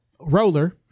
Roller